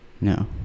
No